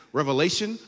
revelation